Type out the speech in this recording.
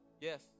Yes